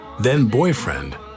then-boyfriend